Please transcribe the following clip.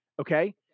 okay